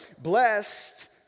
blessed